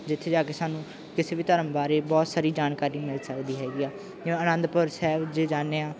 ਜਿੱਥੇ ਜਾ ਕੇ ਸਾਨੂੰ ਕਿਸੇ ਵੀ ਧਰਮ ਬਾਰੇ ਬਹੁਤ ਸਾਰੀ ਜਾਣਕਾਰੀ ਮਿਲ ਸਕਦੀ ਹੈਗੀ ਆ ਜਿਵੇਂ ਅਨੰਦਪੁਰ ਸਾਹਿਬ ਜੇ ਜਾਂਦੇ ਹਾਂ